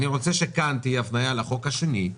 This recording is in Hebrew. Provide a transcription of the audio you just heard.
אני רוצה שכאן תהיה הפניה לחוק השני,